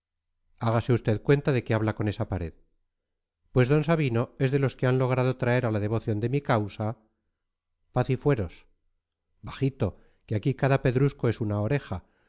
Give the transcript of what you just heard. hágase usted cuenta de que habla con esa pared pues d sabino es de los que ha logrado traer a la devoción de mi causa paz y fueros bajito que aquí cada pedrusco es una oreja